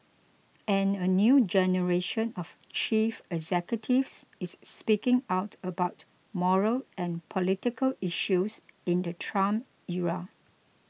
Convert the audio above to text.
and a new generation of chief executives is speaking out about moral and political issues in the Trump era